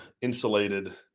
insulated